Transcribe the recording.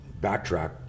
backtrack